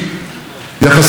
מאות ראשי מדינות,